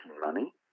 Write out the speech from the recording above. money